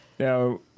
Now